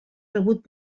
rebut